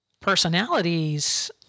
personalities